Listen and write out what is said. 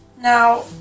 now